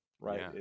right